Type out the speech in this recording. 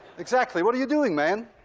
exactly. what are you doing, man?